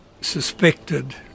suspected